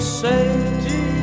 safety